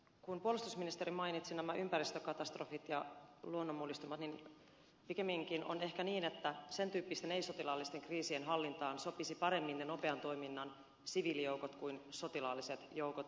kun puolustusministeri mainitsi ympäristökatastrofit ja luonnonmullistukset niin pikemminkin on ehkä niin että sen tyyppisten ei sotilaallisten kriisien hallintaan sopisivat paremmin ne nopean toiminnan siviilijoukot kuin sotilaalliset joukot